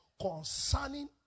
concerning